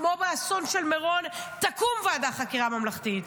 כמו באסון של מירון תקום ועדת חקירה ממלכתית,